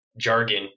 jargon